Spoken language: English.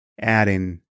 adding